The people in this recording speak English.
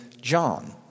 John